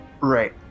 right